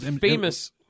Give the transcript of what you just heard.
famous